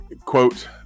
quote